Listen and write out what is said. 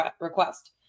request